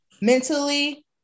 mentally